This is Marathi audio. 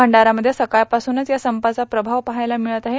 भंडाऱ्यामध्ये सकाळपासूनच या संपाचा प्रभाव पाहायला मिळत आहे